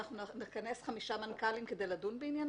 אנחנו נכנס חמישה מנכ"לים כדי לדון בעניינו?